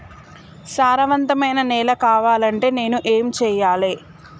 సారవంతమైన నేల కావాలంటే నేను ఏం చెయ్యాలే?